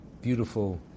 beautiful